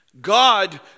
God